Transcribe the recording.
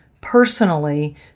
personally